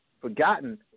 forgotten